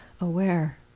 Aware